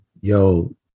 yo